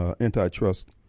antitrust